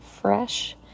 Fresh